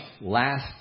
last